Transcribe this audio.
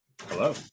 Hello